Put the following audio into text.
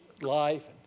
life